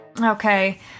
Okay